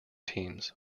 teams